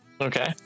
okay